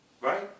right